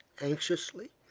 anxiously.